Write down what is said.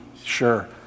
Sure